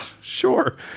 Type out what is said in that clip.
sure